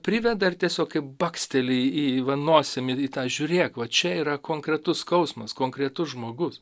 priveda ir tiesiog kai baksteli į va nosimi į tą žiūrėk va čia yra konkretus skausmas konkretus žmogus